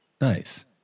Nice